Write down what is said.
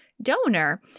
donor